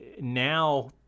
now